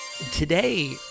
Today